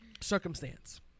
circumstance